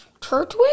Turtwig